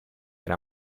era